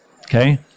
okay